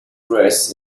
press